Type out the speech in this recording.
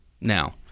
Now